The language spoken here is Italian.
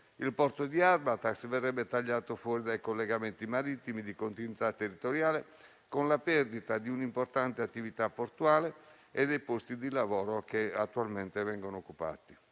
Il Porto di Arbatax verrebbe tagliato fuori dai collegamenti marittimi di continuità territoriale, con la perdita di un'importante attività portuale e di posti di lavoro che attualmente vengono occupati.